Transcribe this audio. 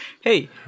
Hey